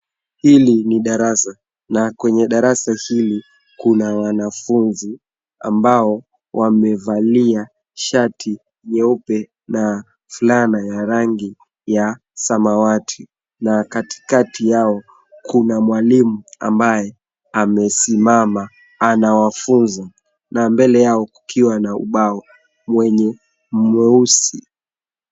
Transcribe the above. Hili ni darasa, na kwenye darasa hili, kuna wanafunzi ambao wamevalia shati nyeupe na fulana ya rangi ya samawati, na katikati yao kuna mwalimu ambaye amesimama anawafunza, na mbele yao kukiwa na ubao wenye mweusi.